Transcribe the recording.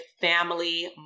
family